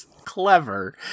clever